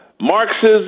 marxism